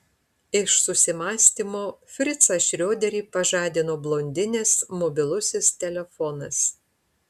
iš susimąstymo fricą šrioderį pažadino blondinės mobilusis telefonas